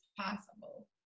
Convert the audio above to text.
possible